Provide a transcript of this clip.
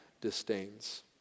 disdains